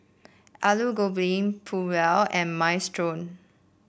Alu Gobi Pulao and Minestrone